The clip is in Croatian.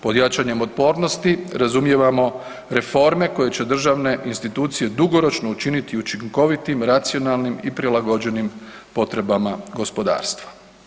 Pod jačanje otpornosti razumijevamo reforme koje će državne institucije dugoročno učiniti učinkovitim, racionalnim i prilagođenim potrebama gospodarstva.